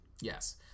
Yes